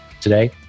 today